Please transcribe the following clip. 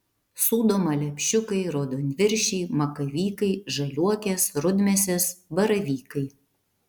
sūdoma lepšiukai raudonviršiai makavykai žaliuokės rudmėsės baravykai